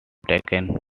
taken